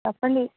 చెప్పండి